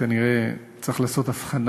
כנראה צריך לעשות הבחנה.